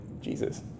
Jesus